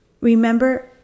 Remember